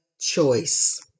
choice